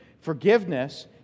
Forgiveness